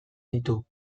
ditu